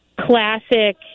classic